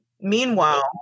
Meanwhile